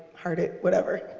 heart it, whatever.